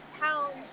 pounds